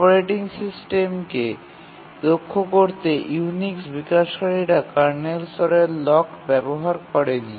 operating সিস্টেমকে দক্ষ করতে ইউনিক্স বিকাশকারীরা কার্নেল স্তরের লক ব্যবহার করেনি